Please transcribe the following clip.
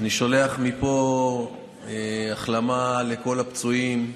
אני שולח מפה החלמה לכל הפצועים,